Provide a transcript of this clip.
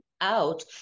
out